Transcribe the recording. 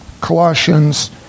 Colossians